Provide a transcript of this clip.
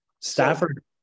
stafford